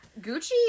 Gucci